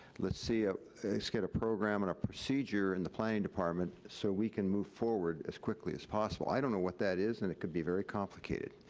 let's see, ah let's get a program and a procedure in the planning department so we can move forward as quickly as possible. i don't know what that is and it could be very complicated,